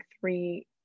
three